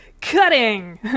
cutting